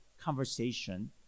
conversation